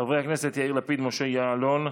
חברי הכנסת יאיר לפיד, משה יעלון,